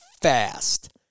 fast